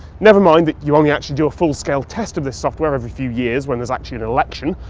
never mind that you only actually do a full-scale test of this software every few years when there's actually an election,